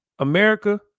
america